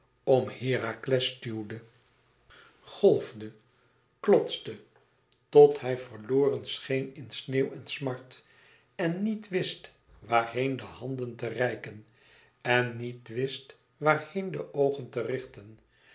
om herakles stuwde golfde klotste tot hij verloren scheen in sneeuw en smart en niet wist waar heen de handen te reiken en niet wist waar heen de oogen te richten